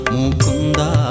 Mukunda